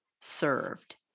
served